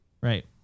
Right